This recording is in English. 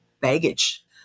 baggage